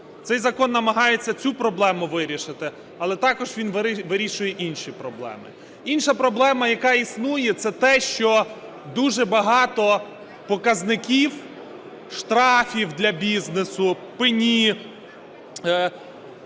Цей закон намагається цю проблему вирішити, але також він вирішує інші проблеми. Інша проблема, яка існує, – це те, що дуже багато показників (штрафів для бізнесу, пені,